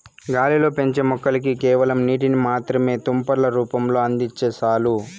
గాలిలో పెంచే మొక్కలకి కేవలం నీటిని మాత్రమే తుంపర్ల రూపంలో అందిస్తే చాలు